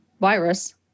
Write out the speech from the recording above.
virus